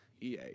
EA